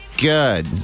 good